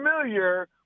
familiar